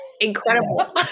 Incredible